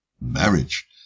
Marriage